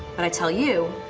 and i tell you,